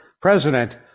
president